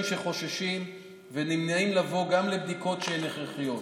שחוששים ונמנעים מלבוא גם לבדיקות שהן הכרחיות.